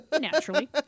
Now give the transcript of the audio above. naturally